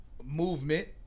Movement